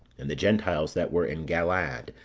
and the gentiles that were in galaad,